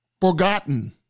forgotten